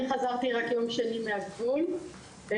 אני חזרתי רק יום שני מגבול פולין.